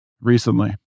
recently